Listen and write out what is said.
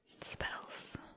Spells